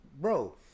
bro